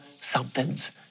something's